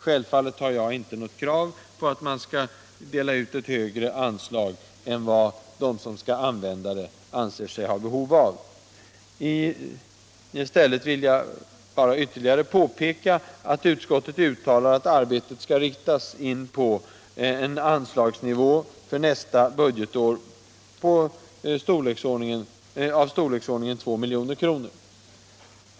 Självfallet har jag inte något krav på att man skall dela ut ett högre anslag än vad de som skall använda det anser sig ha behov av. I stället vill jag bara ytterligare påpeka att utskottet uttalar att arbetet skall riktas in på en anslagsnivå för nästa budgetår av storleksordningen 2 milj.kr.